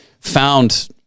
found